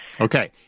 Okay